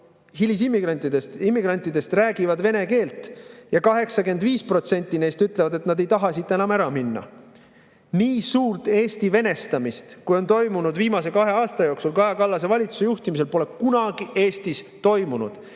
immigrantidest, räägivad vene keelt ja 85% neist ütlevad, et nad ei taha siit enam ära minna. Nii suurt Eesti venestamist, kui on toimunud viimase kahe aasta jooksul Kaja Kallase valitsuse juhtimisel, pole Eestis kunagi toimunud.